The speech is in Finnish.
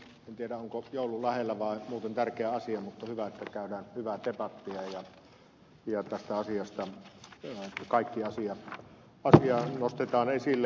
en tiedä onko joulu lähellä vai muuten tärkeä asia mutta hyvä että käydään hyvää debattia ja tästä asiasta kaikki asiat nostetaan esille